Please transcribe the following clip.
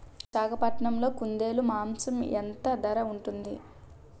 విశాఖపట్నంలో కుందేలు మాంసం ఎంత ధర ఉంటుంది?